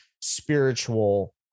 spiritual